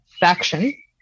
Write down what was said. faction